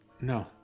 No